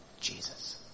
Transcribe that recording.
Jesus